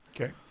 Okay